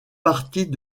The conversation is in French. partie